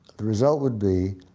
the result would be,